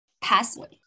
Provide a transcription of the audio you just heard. pathway